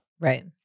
Right